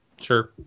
Sure